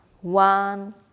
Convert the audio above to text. one